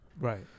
Right